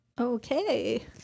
Okay